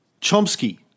Chomsky